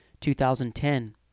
2010